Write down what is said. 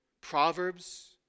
Proverbs